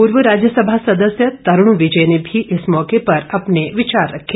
पूर्व राज्यसभा सदस्य तरूण विजय ने भी इस मौके पर अपने विचार रखे